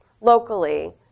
locally